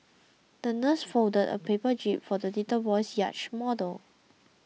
the nurse folded a paper jib for the little boy's yacht model